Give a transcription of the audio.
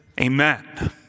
Amen